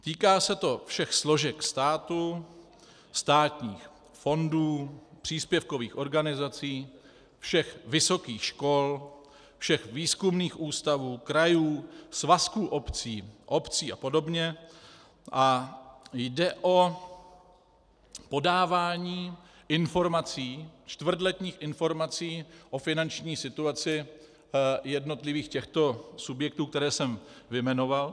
Týká se to všech složek státu, státních fondů, příspěvkových organizací, všech vysokých škol, všech výzkumných ústavů, krajů, svazků obcí, obcí a podobně a jde o podávání čtvrtletních informací o finanční situaci jednotlivých těchto subjektů, které jsem vyjmenoval.